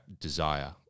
desire